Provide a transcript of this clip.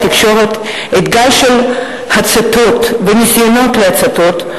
התקשורת על גל של הצתות וניסיונות להצתות,